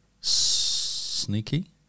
Sneaky